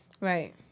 Right